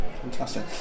Fantastic